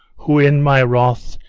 who, in my wrath,